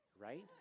right